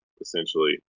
essentially